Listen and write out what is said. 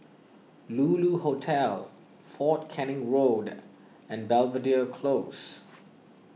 Lulu Hotel fort Canning Road and Belvedere Close